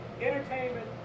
entertainment